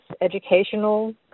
educational